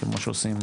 כמו שעושים